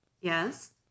Yes